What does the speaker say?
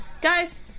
Guys